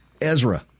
Ezra